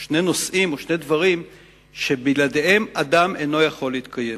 או שני נושאים או שני דברים שבלעדיהם אדם אינו יכול להתקיים.